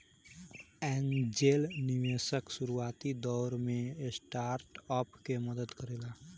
angel निवेशक शुरुआती दौर में स्टार्टअप के मदद करेला